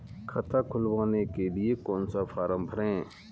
खाता खुलवाने के लिए कौन सा फॉर्म भरें?